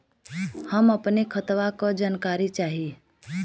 हम अपने खतवा क जानकारी चाही?